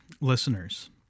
listeners